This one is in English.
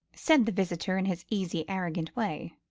said the visitor in his easy arrogant way.